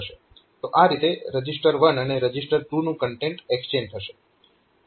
તો આ રીતે રજીસ્ટર 1 અને રજીસ્ટર 2 નું કન્ટેન્ટ એક્સચેન્જ થશે